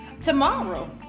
tomorrow